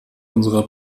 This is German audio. unserer